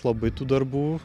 labai tų darbų